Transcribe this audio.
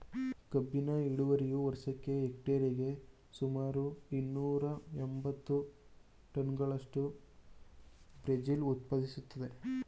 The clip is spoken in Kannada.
ಕಬ್ಬಿನ ಇಳುವರಿಯು ವರ್ಷಕ್ಕೆ ಹೆಕ್ಟೇರಿಗೆ ಸುಮಾರು ಇನ್ನೂರ ಎಂಬತ್ತು ಟನ್ಗಳಷ್ಟು ಬ್ರೆಜಿಲ್ ಉತ್ಪಾದಿಸ್ತದೆ